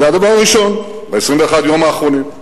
זה הדבר הראשון, ב-21 יום האחרונים.